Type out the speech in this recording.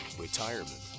Retirement